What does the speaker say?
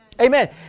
Amen